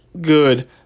good